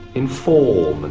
in form and